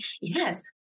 Yes